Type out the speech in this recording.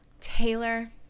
Taylor